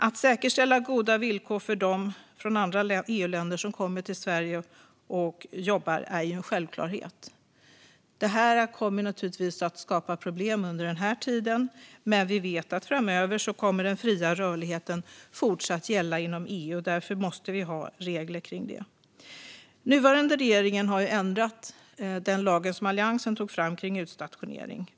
Att säkerställa goda villkor för dem från andra EU-länder som kommer till Sverige och jobbar är en självklarhet. Det kommer naturligtvis att skapa problem under den här tiden, men vi vet att den fria rörligheten kommer att fortsätta gälla inom EU. Därför måste vi ha regler kring det. Nuvarande regering har ändrat den lag om utstationering som Alliansen tog fram.